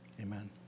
Amen